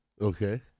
Okay